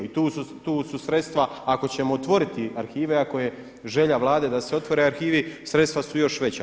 I tu su sredstva ako ćemo otvoriti arhive, ako je želja Vlade da se otvore arhivi sredstva su još veća.